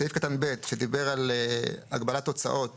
סעיף קטן (ב) שדיבר על הגבלת הוצאות